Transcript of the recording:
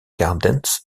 gardens